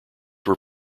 were